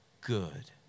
good